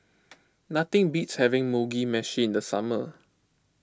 nothing beats having Mugi Meshi in the summer